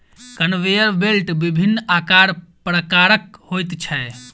conveyor belt विभिन्न आकार प्रकारक होइत छै